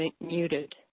muted